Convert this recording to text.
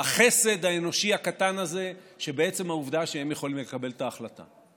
החסד האנושי הקטן הזה שבעצם העובדה שהם יכולים לקבל את ההחלטה.